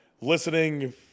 listening